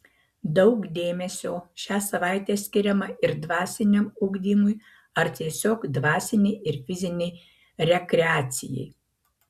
daug dėmesio šią savaitę skiriama ir dvasiniam ugdymui ar tiesiog dvasinei ir fizinei rekreacijai